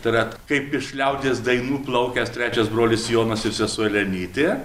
tai yra kaip iš liaudies dainų plaukęs trečias brolis jonas ir sesuo elenytė